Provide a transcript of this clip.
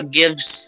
gives